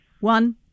one